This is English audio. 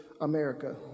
America